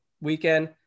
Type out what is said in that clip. weekend